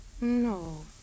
No